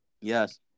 Yes